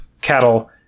cattle